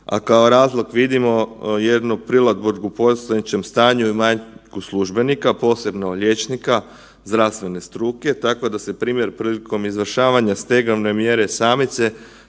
a kao razlog vidimo jednu prilagodbu postojećem stanju i manjku službenika, posebno liječnika, zdravstvene struke, tako da se prilikom izvršavanja stegovne mjere samice,